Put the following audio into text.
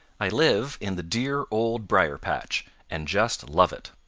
i live in the dear old briar-patch and just love it.